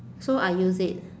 so I use it